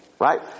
right